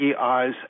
eyes